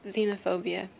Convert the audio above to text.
Xenophobia